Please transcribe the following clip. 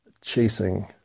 chasing